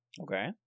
Okay